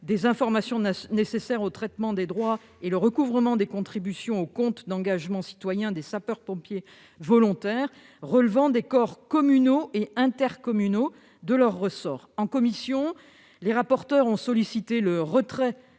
des informations nécessaires au traitement des droits, d'une part, et de recouvrement des contributions au compte d'engagement citoyen des sapeurs-pompiers volontaires relevant des corps communaux et intercommunaux de leur ressort, d'autre part. En commission, les rapporteurs ont sollicité le retrait